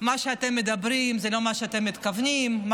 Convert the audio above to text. כבר מזמן מה שאתם מדברים זה לא מה שאתם מתכוונים אליו,